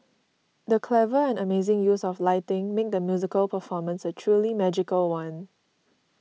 the clever and amazing use of lighting made the musical performance a truly magical one